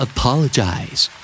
Apologize